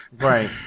Right